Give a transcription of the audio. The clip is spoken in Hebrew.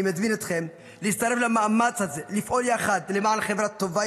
אני מזמין אתכם להצטרף למאמץ הזה ולפעול יחד למען חברה טובה,